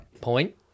point